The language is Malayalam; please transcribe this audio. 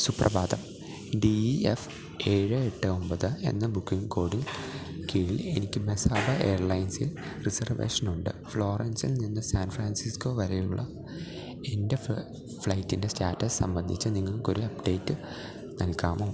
സുപ്രഭാതം ഡി എഫ് ഏഴ് എട്ട് ഒമ്പത് എന്ന ബുക്കിംഗ് കോഡ് കീഴിൽ എനിക്ക് മെസാബ എയർലൈൻസിൽ റിസർവേഷനുണ്ട് ഫ്ലോറൻസിൽ നിന്ന് സാൻ ഫ്രാൻസിസ്കോ വരെയുള്ള എൻ്റെ ഫ്ലൈറ്റിൻ്റെ സ്റ്റാറ്റസ് സംബന്ധിച്ച് നിങ്ങക്കൊരു അപ്ഡേറ്റ് നൽകാമോ